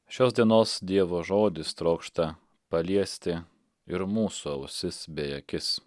šios dienos dievo žodis trokšta paliesti ir mūsų ausis bei akis